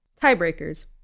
Tiebreakers